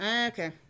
Okay